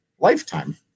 lifetime